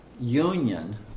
union